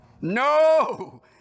No